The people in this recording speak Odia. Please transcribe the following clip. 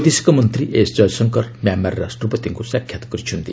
ବୈଦେଶିକ ମନ୍ତ୍ରୀ ଏସ୍ ଜୟଶଙ୍କର ମ୍ୟାମାର ରାଷ୍ଟ୍ରପତିଙ୍କୁ ସାକ୍ଷାତ କରିଛନ୍ତି